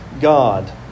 God